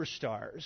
superstars